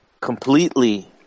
completely